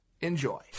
Enjoy